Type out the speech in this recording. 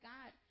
God